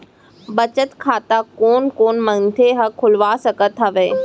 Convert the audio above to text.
बचत खाता कोन कोन मनखे ह खोलवा सकत हवे?